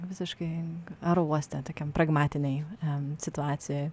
visiškai aerouoste tokiam pragmatinėj situacijoj